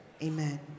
Amen